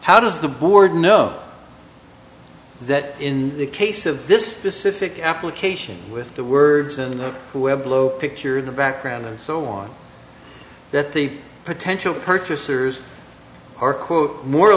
how does the board know that in the case of this specific application with the words in the web below picture in the background and so on that the potential purchasers are quote more